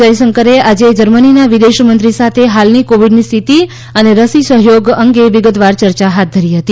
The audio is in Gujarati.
જયશંકરે આજે જર્મનીના વિદેશમંત્રી સાથે હાલની કોવિડની સ્થિતિ અને રસી સહયોગ અંગે વિગતવાર ચર્ચા હાથ ધરી હતી